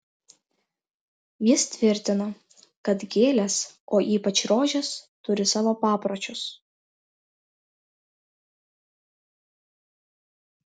jis tvirtino kad gėlės o ypač rožės turi savo papročius